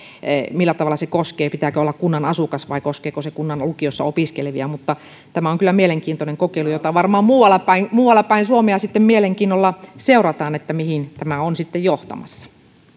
millä tavalla se koskee pitääkö olla kunnan asukas vai koskeeko se kunnan lukiossa opiskelevia tämä on kyllä mielenkiintoinen kokeilu ja varmaan muuallapäin muuallapäin suomea sitten mielenkiinnolla seurataan mihin tämä on johtamassa